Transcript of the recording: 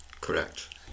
Correct